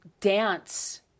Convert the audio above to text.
dance